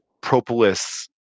propolis